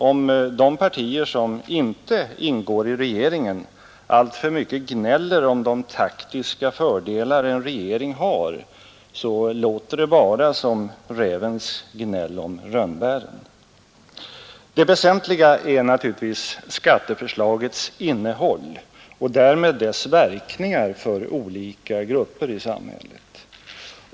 Om de partier som inte ingår i regeringen alltför mycket gnäller om de taktiska fördelar en regering har låter det bara som rävens gnäll om rönnbären. Det väsentliga är naturligtvis skatteförslagets innehåll och därmed dess verkningar för olika grupper i samhället.